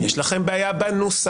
אם יש לכם בעיה בנוסח,